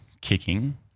kicking